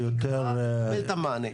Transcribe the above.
מענה.